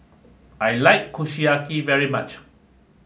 I like Kushiyaki very much